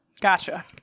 Gotcha